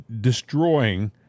destroying